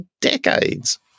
decades